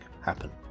Happen